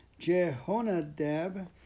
Jehonadab